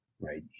right